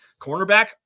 Cornerback